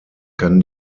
kann